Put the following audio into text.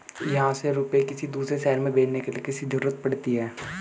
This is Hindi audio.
यहाँ से रुपये किसी दूसरे शहर में भेजने के लिए किसकी जरूरत पड़ती है?